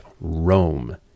Rome